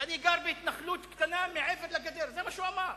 אני גר בהתנחלות קטנה מעבר לגדר, זה מה שהוא אמר.